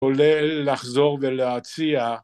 ‫כולל לחזור ולהציע.